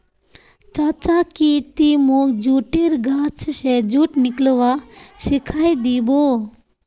चाचा की ती मोक जुटेर गाछ स जुट निकलव्वा सिखइ दी बो